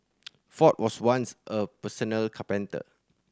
ford was once a carpenter